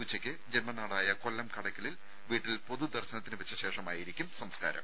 ഉച്ചയ്ക്ക് ജന്മനാടായ കൊല്ലം കടയ്ക്കലിൽ വീട്ടിൽ പൊതു ദർശനത്തിന് വെച്ച ശേഷമായിരിക്കും സംസ്കാരം